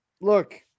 look